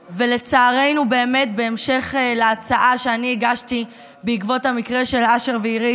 לצערנו בהמשך להצעה שאני הגשתי בעקבות המקרה של אשר ואירית,